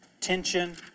tension